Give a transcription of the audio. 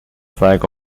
flag